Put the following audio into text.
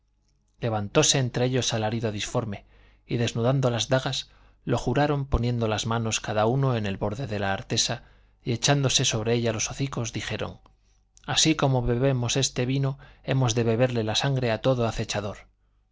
tuerto levantóse entre ellos alarido disforme y desnudando las dagas lo juraron poniendo las manos cada uno en el borde de la artesa y echándose sobre ella de hocicos dijeron así como bebemos este vino hemos de beberle la sangre a todo acechador